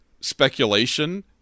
speculation